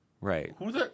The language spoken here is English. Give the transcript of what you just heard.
Right